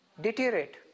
deteriorate